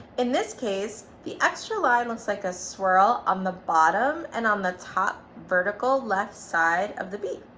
in this case the extra line looks like a swirl on the bottom and on the top vertical left side of the b.